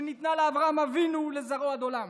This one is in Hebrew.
שניתנה לאברהם אבינו ולזרעו עד עולם.